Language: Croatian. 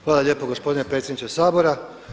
Hvala lijepo gospodine predsjedniče Sabora.